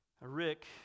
Rick